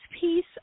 piece